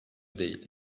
değil